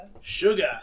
Sugar